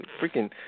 freaking